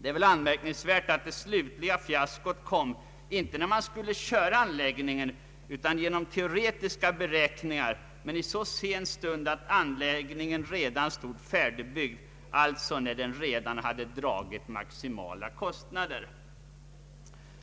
Det är anmärkningsvärt att det slutliga fiaskot kom, inte när man skulle köra anläggningen, utan genom teoretiska beräkningar — men i så sen stund att anläggningen redan stod färdigbyggd, alltså när den dragit maximala kostnader.